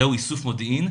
זהו איסוף מודיעין,